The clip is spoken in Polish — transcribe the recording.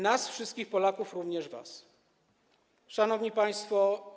Nas, wszystkich Polaków, również was. Szanowni Państwo!